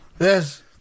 Yes